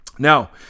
Now